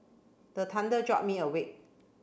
the thunder jolt me awake